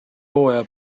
hooaja